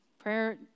Prayer